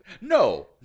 No